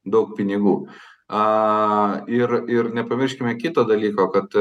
daug pinigų aaa ir ir nepamirškime kito dalyko kad